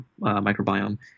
microbiome